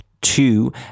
Two